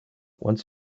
once